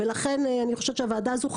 לכן הוועדה הזו חשובה,